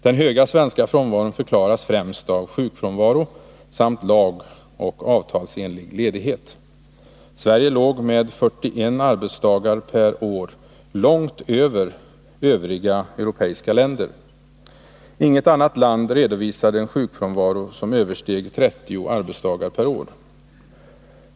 Den höga svenska frånvaron förklaras främst av sjukfrånvaro samt lagoch avtalsenlig ledighet. Sverige låg med 41 arbetsdagar per år långt över övriga europeiska länder. Inget annat land redovisade en sjukfrånvaro som översteg 30 arbetsdagar per år.